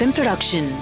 Production